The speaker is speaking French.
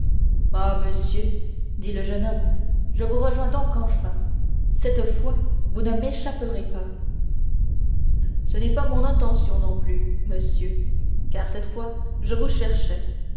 ah monsieur dit le jeune homme je vous rejoins donc enfin cette fois vous ne m'échapperez pas ce n'est pas mon intention non plus monsieur car cette fois je vous cherchais